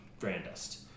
grandest